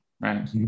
right